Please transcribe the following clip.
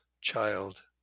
child